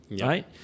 right